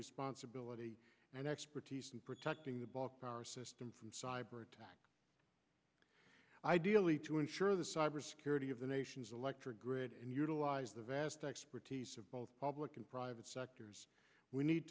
responsibility and expertise in protecting the bulk power system from cyber attack ideally to ensure the cyber security of the nation's electric grid and utilize the vast expertise of both public and private sectors we need